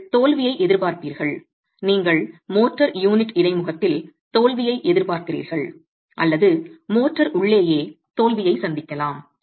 நீங்கள் தோல்வியை எதிர்பார்ப்பீர்கள் நீங்கள் மோர்டார் யூனிட் இடைமுகத்தில் தோல்வியை எதிர்பார்க்கிறீர்கள் அல்லது மோர்டார் உள்ளேயே தோல்வியை சந்திக்கலாம்